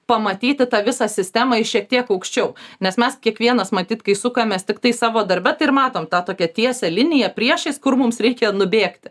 pamatyti tą visą sistemą iš šiek tiek aukščiau nes mes kiekvienas matyt kai sukamės tiktai savo darbe tai ir matom tą tokią tiesią liniją priešais kur mums reikia nubėgti